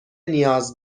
نیاز